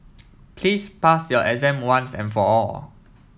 please pass your exam once and for all